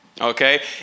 okay